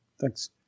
thanks